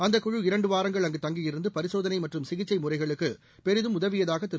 அந்த குழு இரண்டு வாரங்கள் அங்கு தங்கியிருந்து பரிசோதனை மற்றம் சிகிச்சை முறைகளுக்கு பெரிதும் உதவியதாக திரு